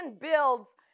builds